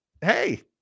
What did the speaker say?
hey